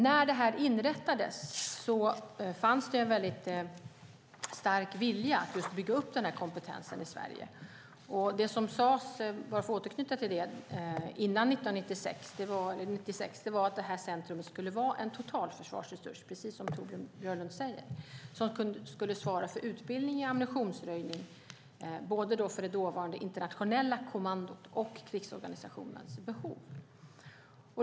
När det inrättades fanns det en stark vilja att bygga upp den här kompetensen i Sverige. Det som sades före 1996 var att detta centrum skulle vara en totalförsvarsresurs, precis som Torbjörn Björlund säger. Det skulle svara för utbildning i ammunitionsröjning både för det dåvarande internationella kommandot och för krigsorganisationens behov.